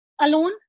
alone